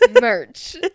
Merch